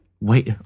Wait